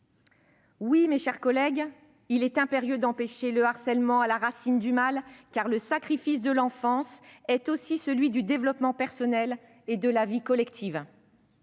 Oui, mes chers collègues, il est impérieux de s'attaquer à la racine du mal, car le sacrifice de l'enfance est aussi celui du développement personnel et de la vie collective.